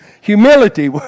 Humility